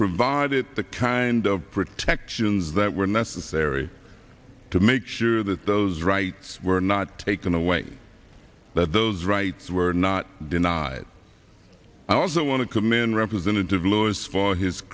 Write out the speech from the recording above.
provided the kind of protections that were necessary to make sure that those rights were not taken away that those rights were not denied i also want to commend representative lewis for his